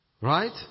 Right